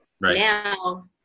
Now